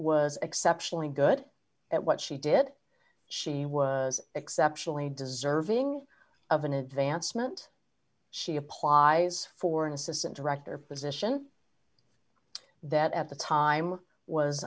was exceptionally good at what she did she was exceptionally deserving of an advancement she applies for an assistant director position that at the time was